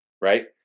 right